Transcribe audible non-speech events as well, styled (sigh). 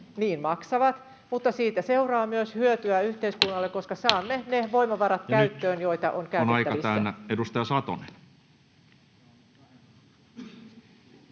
Niin maksavat, mutta siitä seuraa myös hyötyä yhteiskunnalle, (noise) koska saamme ne voimavarat käyttöön, joita on käytettävissä. Ja nyt on aika täynnä. — Edustaja Satonen.